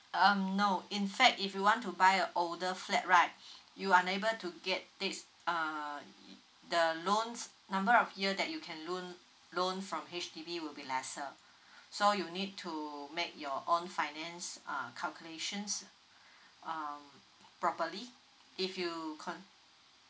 uh um no in fact if you want to buy a older flat right you unable to get takes uh y~ the loans number of year that you can loan loan from H_D_B will be lesser so you need to make your own finance uh calculations um properly if you con~